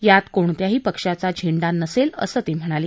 यात कोणत्याही पक्षाचा झेंडा नसेल असं ते म्हणाले